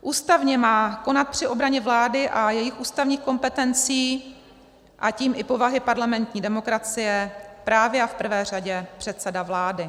Ústavně má konat při obraně vlády a jejích ústavních kompetencí, a tím i povahy parlamentní demokracie, právě a v prvé řadě předseda vlády.